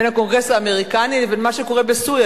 בין הקונגרס האמריקני לבין מה שקורה בסוריה,